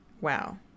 wow